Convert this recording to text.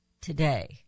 today